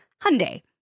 Hyundai